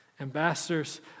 Ambassadors